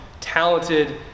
talented